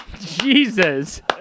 Jesus